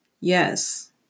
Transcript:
Yes